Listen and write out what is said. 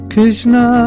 Krishna